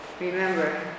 remember